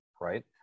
right